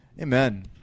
Amen